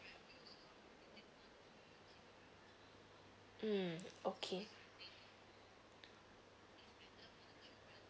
mm okay